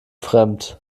fremd